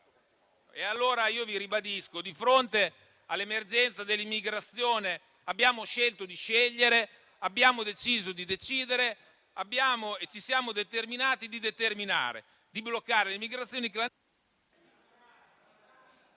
dell'umanità. Ribadisco che, di fronte all'emergenza dell'immigrazione, abbiamo scelto di scegliere, abbiamo deciso di decidere e ci siamo determinati di determinare, di bloccare le migrazioni clandestine...